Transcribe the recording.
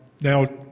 Now